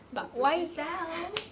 我不知道